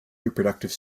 reproductive